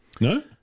No